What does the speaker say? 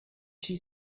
she